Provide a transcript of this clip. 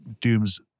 doom's